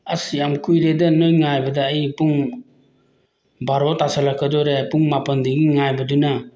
ꯑꯁ ꯌꯥꯝ ꯀꯨꯏꯔꯦꯗ ꯅꯪ ꯉꯥꯏꯕꯗ ꯑꯩ ꯄꯨꯡ ꯚꯥꯔꯣ ꯇꯥꯁꯤꯜꯂꯛꯀꯗꯣꯔꯦ ꯄꯨꯡ ꯃꯥꯄꯜꯗꯒꯤ ꯉꯥꯏꯕꯗꯨꯅ